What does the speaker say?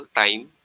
time